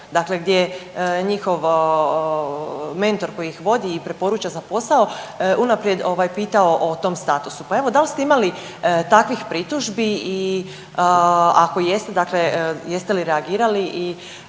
Dakle gdje njihov mentor koji ih vodi i preporuča za posao unaprijed ovaj, pita o tom statusu. Pa evo, da li ste imali takvih pritužbi i ako jeste, dakle, jeste li reagirali i